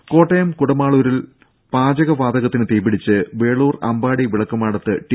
രുമ കോട്ടയം കുടമാളൂരിൽ പാചക വാതകത്തിന് തീ പിടിച്ച് വേളൂർ അമ്പാടി വിളക്കുമാടത്ത് ടി